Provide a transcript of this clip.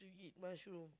to eat mushroom